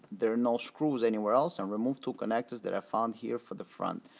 there are no screws anywhere else and remove two connectors that are found here for the front.